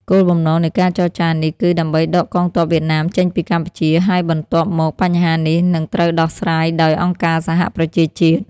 គោលបំណងនៃការចរចានេះគឺដើម្បីដកកងទ័ពវៀតណាមចេញពីកម្ពុជា ហើយបន្ទាប់មកបញ្ហានេះនឹងត្រូវដោះស្រាយដោយអង្គការសហប្រជាជាតិ។